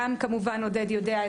גם עודד יודע,